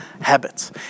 habits